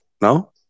No